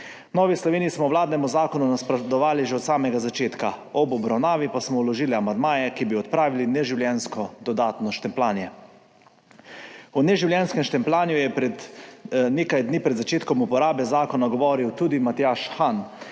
Novi Sloveniji smo vladnemu zakonu nasprotovali že od samega začetka, ob obravnavi pa smo vložili amandmaje, ki bi odpravili neživljenjsko dodatno štempljanje. O neživljenjskem štempljanju je nekaj dni pred začetkom uporabe zakona govoril tudi Matjaž Han,